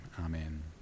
Amen